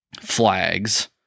flags